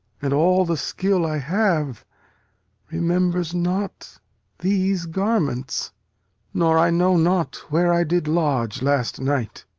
and all the skill i have remembers not these garments nor i know not where i did lodge last night.